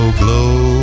glow